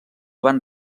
van